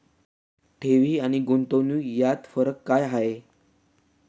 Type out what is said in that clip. ठेवी आणि गुंतवणूक यात फरक काय आहे?